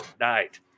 night